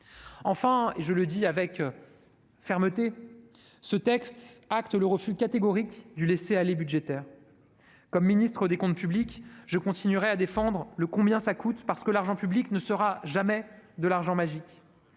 Enfin, et je le dis avec fermeté, ce texte acte le refus catégorique du laisser-aller budgétaire. Comme ministre chargé des comptes publics, je continuerai de défendre le « combien ça coûte », parce que l'argent public ne sera jamais de l'argent magique.